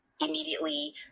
immediately